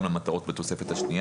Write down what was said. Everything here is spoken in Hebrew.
גם למטרות בתופסת השנייה.